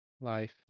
Life